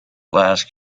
last